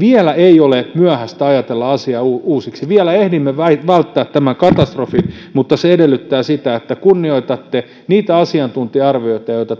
vielä ei ole myöhäistä ajatella asiaa uusiksi vielä ehdimme välttää välttää tämän katastrofin mutta se edellyttää sitä että kunnioitatte niitä asiantuntija arvioita joita